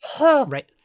Right